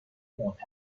معتبر